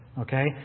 Okay